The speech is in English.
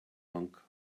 monk